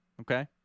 Okay